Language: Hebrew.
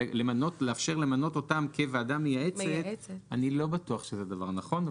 ולאפשר למנות אותם כוועדה מייעצת - אני לא בטוח שזה דבר נכון,